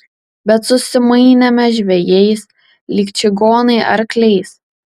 bet susimainėme žvejais lyg čigonai arkliais